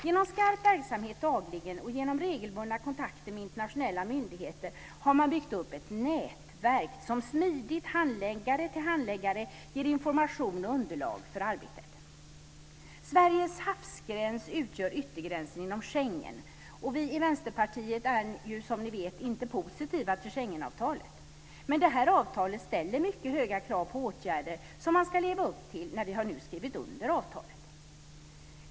Genom skarp verksamhet dagligen och genom regelbundna kontakter med internationella myndigheter har man byggt upp ett nätverk som smidigt, handläggare till handläggare, ger information och underlag för arbetet. Schengen. Vi i Vänsterpartiet är ju, som ni vet, inte positiva till Schengenavtalet. Men avtalet ställer mycket höga krav på åtgärder för att leva upp till de åtaganden som vi har gjort när vi nu har skrivit under avtalet.